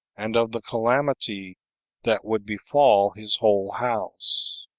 and of the calamity that would befall his whole house.